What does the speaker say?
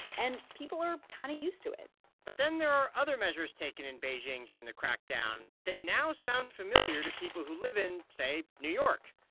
and people are kind of used to it but then there are other measures taken in beijing during the crackdown that now sound familiar to people who live in, say, new york.